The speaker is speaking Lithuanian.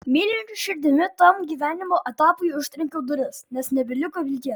mylinčia širdimi tam gyvenimo etapui užtrenkiau duris nes nebeliko vilties